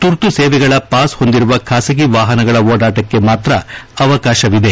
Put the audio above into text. ತುರ್ತು ಸೇವೆಗಳ ಪಾಸ್ ಹೊಂದಿರುವ ಖಾಸಗಿ ವಾಹನಗಳ ಓಡಾಟಕ್ಕೆ ಮಾತ್ರ ಅವಕಾಶವಿದೆ